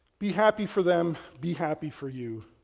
be happy for them, be happy for you,